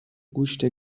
گوشت